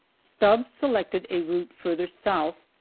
stubbs selected a route further south,